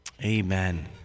Amen